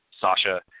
Sasha